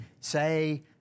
say